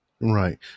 right